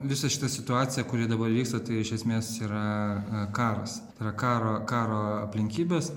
visa šita situacija kuri dabar vyksta tai iš esmės yra karas karo karo aplinkybės